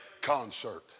concert